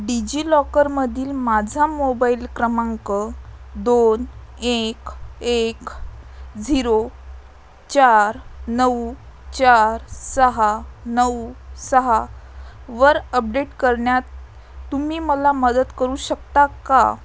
डिजिलॉकरमधील माझा मोबाईल क्रमांक दोन एक एक झिरो चार नऊ चार सहा नऊ सहा वर अपडेट करण्यात तुम्ही मला मदत करू शकता का